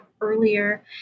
earlier